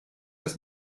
das